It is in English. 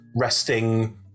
resting